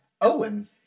Owen